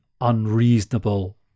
unreasonable